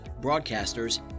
broadcasters